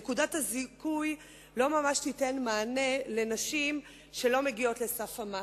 נקודת הזיכוי לא ממש תיתן מענה לנשים שלא מגיעות לסף המס.